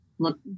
look